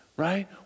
Right